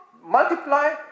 multiply